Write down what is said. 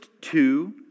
two